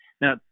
Now